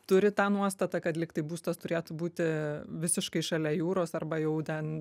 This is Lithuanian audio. turi tą nuostatą kad lyg tai būstas turėtų būti visiškai šalia jūros arba jau ten